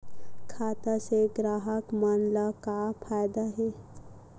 खाता से ग्राहक मन ला का फ़ायदा हे?